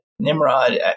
Nimrod